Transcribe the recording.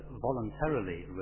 voluntarily